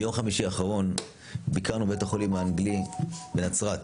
ביום חמישי האחרון ביקרנו בבית החולים האנגלי בנצרת.